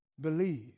believe